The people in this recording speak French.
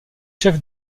chef